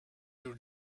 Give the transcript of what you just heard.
your